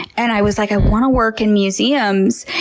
and i was like, i want to work in museums,